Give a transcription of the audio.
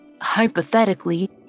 hypothetically